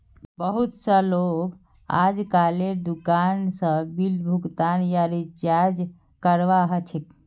बहुत स लोग अजकालेर दुकान स बिल भुगतान या रीचार्जक करवा ह छेक